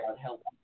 Help